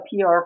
PR